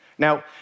Now